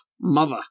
mother